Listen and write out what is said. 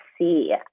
see